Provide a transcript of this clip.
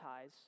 ties